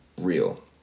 real